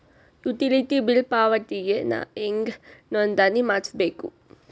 Utility bill ಪಾವತಿಗೆ ನಾ ಹೆಂಗ್ ನೋಂದಣಿ ಮಾಡ್ಸಬೇಕು?